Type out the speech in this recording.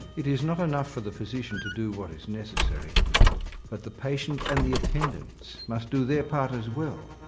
it is not enough for the physician to do what is necessary but the patient and the attendants must do their part as well.